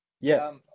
yes